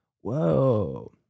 Whoa